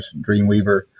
Dreamweaver